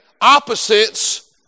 opposites